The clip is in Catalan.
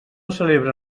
celebra